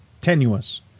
tenuous